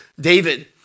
David